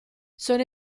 sono